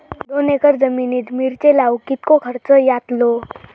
दोन एकर जमिनीत मिरचे लाऊक कितको खर्च यातलो?